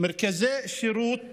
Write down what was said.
מרכזי שירות